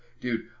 dude